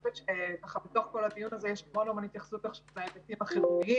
חושבת שבתוך כל הדיון הזה יש המון התייחסות להיבטים החירומיים